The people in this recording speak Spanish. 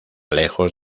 lejos